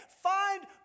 Find